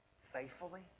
faithfully